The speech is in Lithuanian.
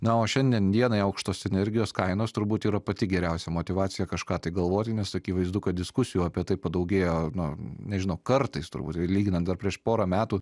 na o šiandien dienai aukštos energijos kainos turbūt yra pati geriausia motyvacija kažką tai galvoti nes akivaizdu kad diskusijų apie tai padaugėjo nu nežinau kartais turbūt lyginant dar prieš porą metų